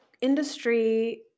industry